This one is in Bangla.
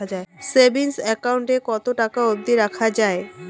সেভিংস একাউন্ট এ কতো টাকা অব্দি রাখা যায়?